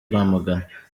rwamagana